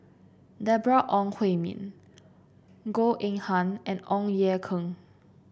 Deborah Ong Hui Min Goh Eng Han and Ong Ye Kung